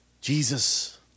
Jesus